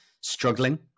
struggling